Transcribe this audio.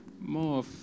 more